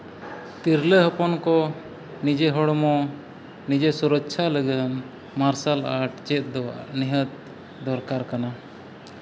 ᱛᱤᱨᱞᱟᱹ ᱦᱚᱯᱚᱱ ᱠᱚ ᱱᱤᱡᱮ ᱦᱚᱲᱢᱚ ᱱᱤᱡᱮ ᱥᱩᱨᱚᱠᱠᱷᱟ ᱞᱟᱹᱜᱤᱫ ᱢᱟᱨᱥᱟᱞ ᱟᱨᱴ ᱪᱮᱫ ᱫᱚ ᱱᱤᱦᱟᱹᱛ ᱫᱚᱨᱠᱟᱨ ᱠᱟᱱᱟ